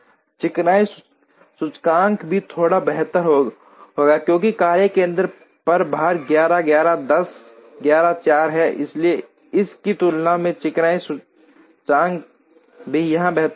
चिकनाई सूचकांक भी थोड़ा बेहतर होगा क्योंकि कार्य केंद्र पर भार 11 11 10 11 4 है इसलिए इस की तुलना में चिकनाई सूचकांक भी यहां बेहतर होगा